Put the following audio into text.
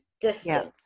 Distance